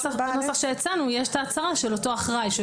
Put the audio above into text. בנוסח שהצענו יש את ההצהרה של אותו אחראי שהוא